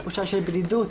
תחושה של בדידות,